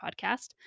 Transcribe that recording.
podcast